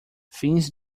fins